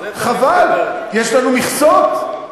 חבל, יש לנו מכסות,